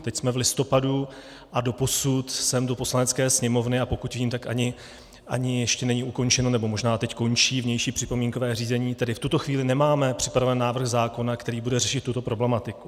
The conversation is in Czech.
Teď jsme v listopadu a doposud sem do Poslanecké sněmovny, a pokud vím, tak ani ještě není ukončeno, nebo možná teď končí, vnější připomínkové řízení, tedy v tuto chvíli nemáme připraven návrh zákona, který bude řešit tuto problematiku.